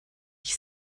ich